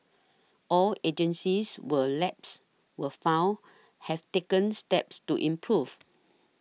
all agencies where lapses were found have taken steps to improve